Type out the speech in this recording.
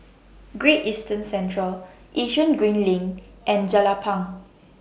Great Eastern Centre Yishun Green LINK and Jelapang